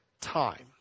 time